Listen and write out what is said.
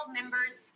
members